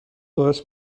باعث